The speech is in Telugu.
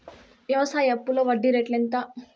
వ్యవసాయ అప్పులో వడ్డీ రేట్లు ఎంత?